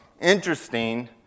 interesting